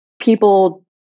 People